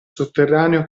sotterraneo